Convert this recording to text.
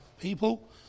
people